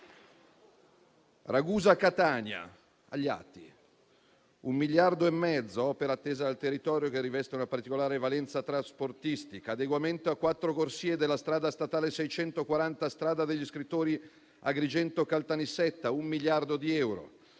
Ragusa-Catania, agli atti, 1,5 miliardi per un'opera attesa dal territorio che riveste una particolare valenza trasportistica; per l'adeguamento a quattro corsie della strada statale 640 ("strada degli scrittori") tra Agrigento e Caltanissetta, un miliardo di euro;